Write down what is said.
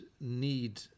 need